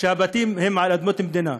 שהבתים הם על אדמות מדינה.